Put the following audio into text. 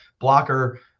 blocker